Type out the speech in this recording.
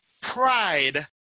pride